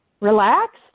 Relaxed